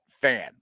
fan